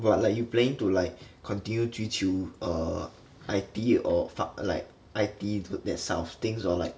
but like you playing to like continue 追求 err I_T or fuck like I_T that sort of things or like